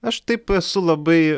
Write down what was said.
aš taip esu labai